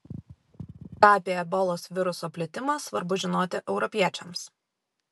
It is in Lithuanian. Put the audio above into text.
ką apie ebolos viruso plitimą svarbu žinoti europiečiams